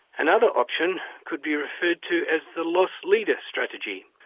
another option could be referred to as the loss leader strategy,